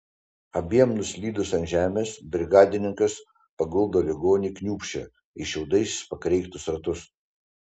abiem nuslydus ant žemės brigadininkas paguldo ligonį kniūbsčią į šiaudais pakreiktus ratus